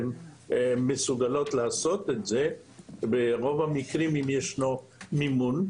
הן מסוגלות לעשות את זה ברוב המקרים אם ישנו מימון,